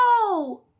no